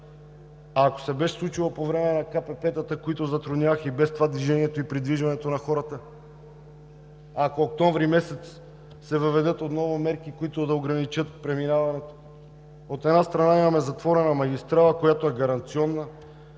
А ако се беше случило по време на КПП-тата, които и без това затрудняваха движението и придвижването на хората? Ако октомври месец се въведат отново мерки, които да ограничат преминаването? От една страна, имаме затворена магистрала, която е гаранционна,